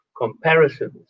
comparisons